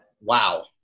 Wow